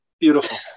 Beautiful